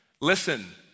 Listen